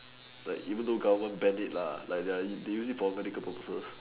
like even though government ban it lah like their they use it for medical purposes